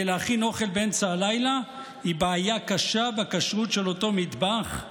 להכין אוכל באמצע הלילה היא בעיה קשה בכשרות של אותו מטבח?